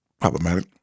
problematic